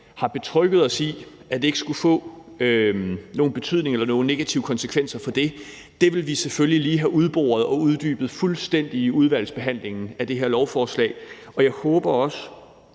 har betrygget os i, at det ikke skulle få nogen betydning eller nogen negative konsekvenser i forhold til det. Det vil vi selvfølgelig lige have udboret og uddybet fuldstændig i udvalgsbehandlingen af det her lovforslag. Og jeg håber også,